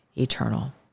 Eternal